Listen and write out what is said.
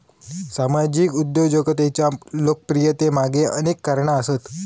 सामाजिक उद्योजकतेच्या लोकप्रियतेमागे अनेक कारणा आसत